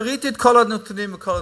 ראיתי את כל הנתונים וכל הדברים.